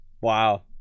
Wow